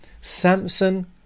Samson